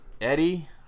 Eddie